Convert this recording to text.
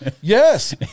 Yes